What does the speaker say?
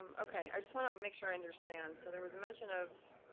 um okay, i just want to make sure i understand. so there was a mention of